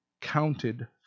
counted